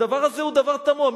הדבר הזה הוא דבר תמוה.